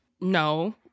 No